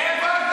איפה הוא?